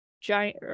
giant